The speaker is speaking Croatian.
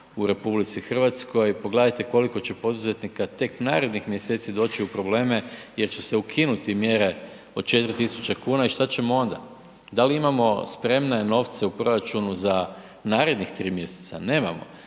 u RH, pogledajte koliko će poduzetnika tek narednih mjeseci doći u probleme jer će se ukinuti mjere od 4.000,00 kn i šta ćemo onda? Da li imamo spremne novce u proračunu za narednih 3 mjeseca? Nemamo.